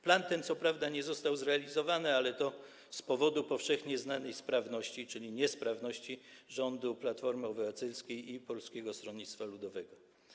Plan ten co prawda nie został zrealizowany, ale to z powodu powszechnie znanej sprawności, czyli niesprawności rządu Platformy Obywatelskiej i Polskiego Stronnictwa Ludowego.